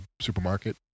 supermarket